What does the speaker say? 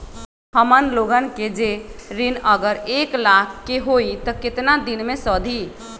हमन लोगन के जे ऋन अगर एक लाख के होई त केतना दिन मे सधी?